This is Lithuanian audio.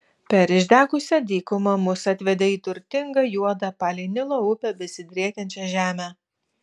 per išdegusią dykumą mus atvedė į turtingą juodą palei nilo upę besidriekiančią žemę